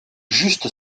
juste